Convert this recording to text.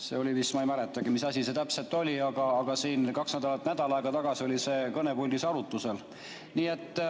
See oli vist, ma ei mäletagi, mis asi see täpselt oli, aga kaks nädalat või nädal tagasi oli see siin kõnepuldis arutusel. Nii et